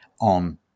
on